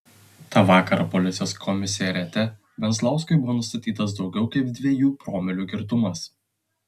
tą vakarą policijos komisariate venzlauskui buvo nustatytas daugiau kaip dviejų promilių girtumas